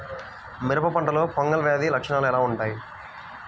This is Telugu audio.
మిరప పంటలో ఫంగల్ వ్యాధి లక్షణాలు ఎలా వుంటాయి?